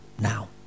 now